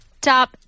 top